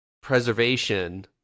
preservation